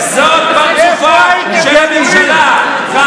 זה פרצופה של הממשלה.